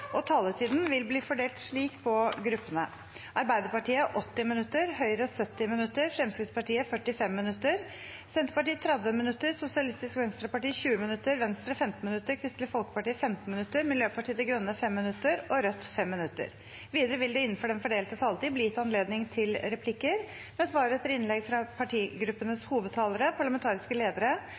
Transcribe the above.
og taletiden vil bli fordelt slik på gruppene: Arbeiderpartiet 80 minutter, Høyre 70 minutter, Fremskrittspartiet 45 minutter, Senterpartiet 30 minutter, Sosialistisk Venstreparti 20 minutter, Venstre 15 minutter, Kristelig Folkeparti 15 minutter, Miljøpartiet De Grønne 5 minutter og Rødt 5 minutter. Videre vil det – innenfor den fordelte taletid – bli gitt anledning til replikker med svar etter innlegg fra partigruppenes hovedtalere, parlamentariske ledere